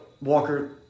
Walker